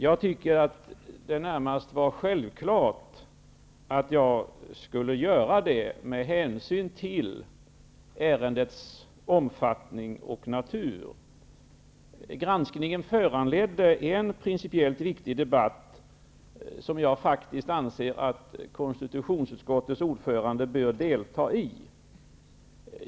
Jag tycker att det närmast var självklart att jag skulle ta upp den frågan med hänsyn till ärendets omfattning och natur. Granskningen föranledde en principiellt viktig debatt, som jag anser att konstitutionsutskottets ordförande bör delta i.